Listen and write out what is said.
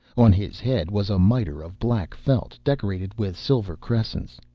on his head was a mitre of black felt decorated with silver crescents.